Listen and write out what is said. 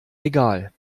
egal